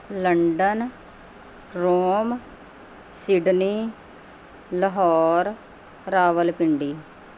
London Rome Sydney Lahore Rawalpindi